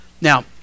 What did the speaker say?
Now